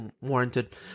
warranted